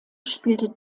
spielte